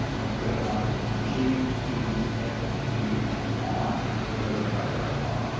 i refer to items d, e, f, g and i. all those in favour say aye.